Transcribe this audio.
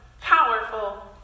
powerful